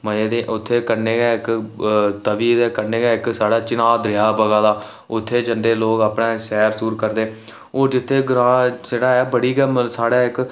मजा ते उत्थै कन्नै गै इक तवी दे कन्नै गै इक साढ़ा चन्हां दरेआ बगाऽ दा उत्थै जंदे लोक अपने सैर सूर करदे हून जेह्ड़ा ग्रांऽ ऐ उत्थै बड़ी गै मतलब साढ़े इक